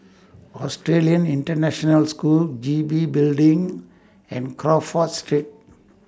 Australian International School G B Building and Crawford Street